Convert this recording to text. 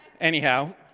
Anyhow